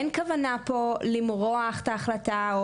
אין פה כוונה למרוח את ההחלטה.